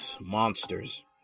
monsters